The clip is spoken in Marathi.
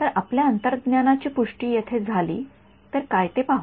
तर आपल्या अंतर्ज्ञानाची पुष्टी येथे झाली तर काय ते पाहू